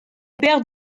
père